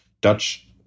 Dutch